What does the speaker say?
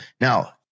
Now